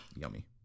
Yummy